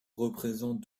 représentent